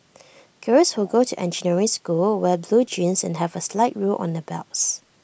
girls who go to engineering school wear blue jeans and have A slide rule on their belts